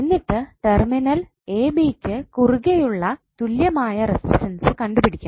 എന്നിട്ട് ടെർമിനൽ എബിക്ക് കുറുകെയുള്ള തുല്യമായ റെസിസ്റ്റൻസ് കണ്ടുപിടിക്കണം